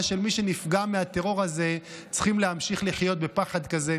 של מי שנפגע מהטרור הזה צריכים לחיות בפחד כזה.